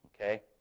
Okay